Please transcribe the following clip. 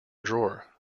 drawer